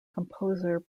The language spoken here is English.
composer